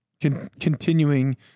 continuing